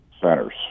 centers